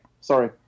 sorry